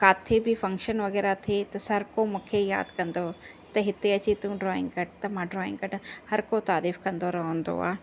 काथे बि फंक्शन वग़ैरह थिए त सर को मूंखे यादि कंदो त हिते अची तूं ड्राइंग कढि त मां ड्राइंग कढा हर को तारीफ़ कंदो रहंदो आहे